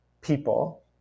people